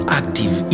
active